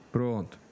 Pronto